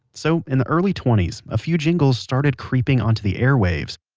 so, in the early twenty s a few jingles started creeping onto the airwaves,